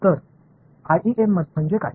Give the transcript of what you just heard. तर आयईएम म्हणजे काय